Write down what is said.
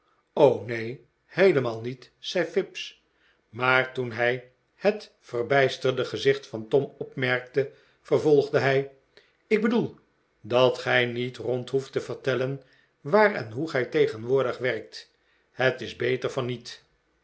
neen heelemaal niet zei fips maar toen hij het verbijsterde gezicht van tom opmerkte vervblgde hij ik bedoel dat gij niet rond hoeft te vertellen waar en hoe gij tegenwoordig werkt het is beter van niet